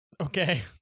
Okay